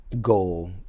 goal